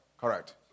Correct